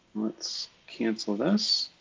let's cancel this.